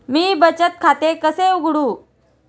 मी बचत खाते कसे उघडू?